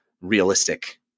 realistic